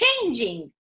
changing